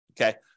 okay